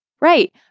right